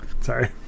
Sorry